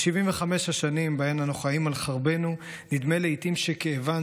ב-75 השנים שבהן אנו חיים על חרבנו נדמה לעיתים שכאבן